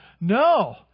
No